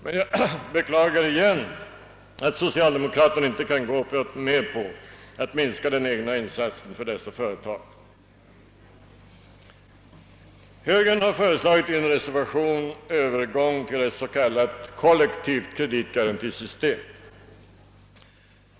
Men jag beklagar ånyo att socialdemokraterna inte kan gå med på att minska den egna insatsen för dessa företag. Högern har i en reservation föreslagit övergång till ett s.k. kollektivt kreditgarantisystem.